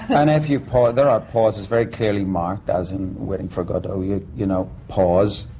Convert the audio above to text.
and if you pause. there are pauses very clearly marked, as in waiting for godot. you. you know, pause.